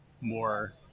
more